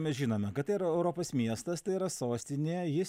mes žinome kad tai yra europos miestas tai yra sostinė jis